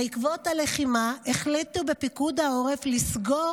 בעקבות הלחימה החליטו בפיקוד העורף לסגור